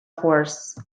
horse